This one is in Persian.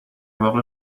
واقع